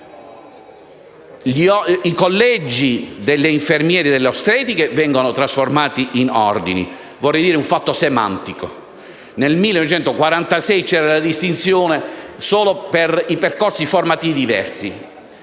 I collegi degli infermieri e delle ostetriche vengono trasformati in ordini. Vorrei riferire un fatto semantico. Nel 1946 c'era la distinzione solo per i percorsi formativi diversi: